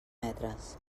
metres